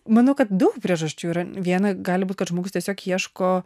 manau kad daug priežasčių yra viena gali būt kad žmogus tiesiog ieško